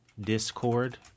Discord